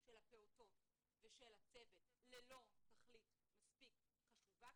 של הפעוטות ושל הצוות ללא תכלית מספיק חשובה,